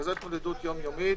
אבל זו התמודדות יום-יומית,